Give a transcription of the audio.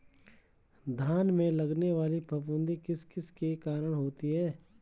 धान में लगने वाली फफूंदी किस किस के कारण होती है?